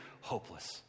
hopeless